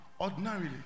ordinarily